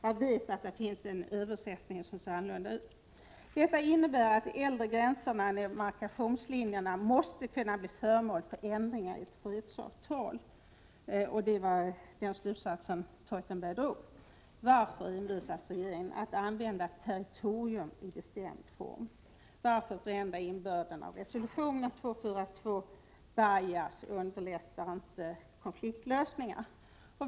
Slutsatsen som Theutenberg drar innebär att de äldre gränserna och demarkationslinjerna måste kunna bli föremål för ändringar i ett fredsavtal. Varför envisas regeringen med att använda ordet territorium i bestämd form? Varför förändra innebörden av resolution 242? Bias underlättar inte konfliktlösningar.